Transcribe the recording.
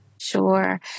Sure